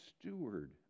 steward